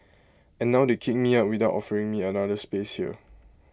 and now they kick me out without offering me another space here